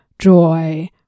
joy